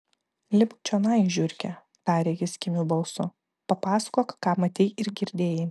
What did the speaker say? lipk čionai žiurke tarė jis kimiu balsu papasakok ką matei ir girdėjai